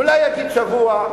אולי יגיד שבוע,